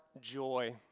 joy